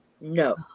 no